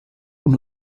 und